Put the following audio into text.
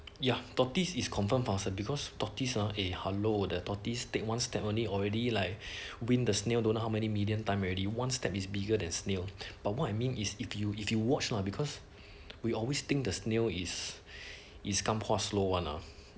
ya tortoise is confirm faster because tortoise uh eh hello the tortoise take one step only already like win the snail don't know how many million time already once step is bigger than snail but what I mean is if you if you watch lah because we always think the snail is slow one lah